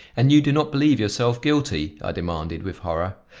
and you do not believe yourself guilty? i demanded with horror.